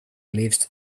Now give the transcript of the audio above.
leaves